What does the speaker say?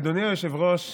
אדוני היושב-ראש,